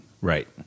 Right